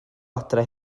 adre